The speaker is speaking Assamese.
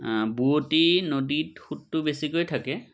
বোৱঁতী নদীত সোঁতটো বেছিকৈ থাকে